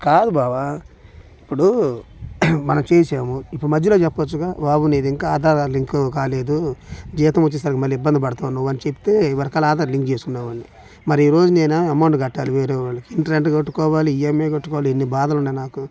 కాదు బావ ఇప్పుడు మనం చేసాము ఇప్పుడు మధ్యలో చెప్పొచ్చుగా బాబు నీది ఇంకా ఆధార్ లింక్ కాలేదు జీతం వచ్చేసరికి మళ్ళీ ఇబ్బంది పడతావు అని చెప్తే ఇదివరకల్ల ఆధార్ లింక్ చేసుకునేవాడిని మరి ఈరోజు నేనేమో అమౌంట్ కట్టాలి వేరే వాళ్ళకి ఇంటి రెంటు కట్టుకోవాలి ఈఎంఎ కట్టుకోవాలి ఎన్ని బాధలున్నాయి నాకు